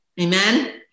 Amen